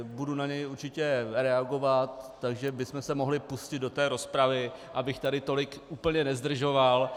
Budu na něj určitě reagovat, takže bychom se mohli pustit do té rozpravy, abych tady tolik úplně nezdržovat.